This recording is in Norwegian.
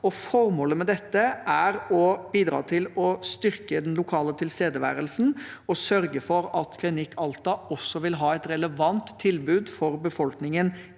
Formålet med dette er å bidra til å styrke den lokale tilstedeværelsen og sørge for at Klinikk Alta vil ha et relevant tilbud for befolkningen